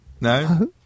no